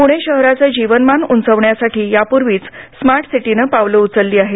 पुणे शहराचं जीवनमान उंचावण्यासाठी यापूर्वीच स्मार्ट सिटीनं पावलं उचलली आहेत